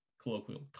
Colloquial